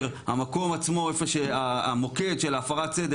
המקום עצמו איפה שהמוקד של הפרת הסדר,